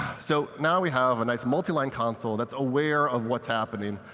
so now we have a nice multi-line console that's aware of what's happening,